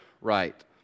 right